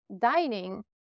dining